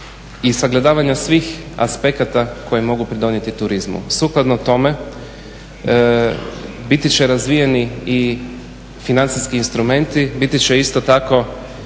i sagledavanja svih aspekata koji mogu pridonijet turizmu. Sukladno tome, biti će razvijeni i financijski instrumenti, biti će isto tako